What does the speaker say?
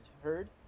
heard